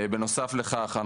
בנוסף לכך,